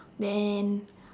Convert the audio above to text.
then